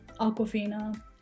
Aquafina